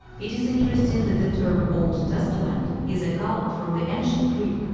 it is interesting that the term old testament is a calque from the ancient greek,